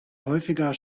häufiger